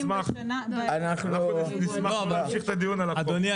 אנחנו נשמח להמשיך את הדיון עליו.